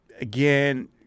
again